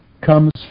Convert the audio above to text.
comes